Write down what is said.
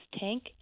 tank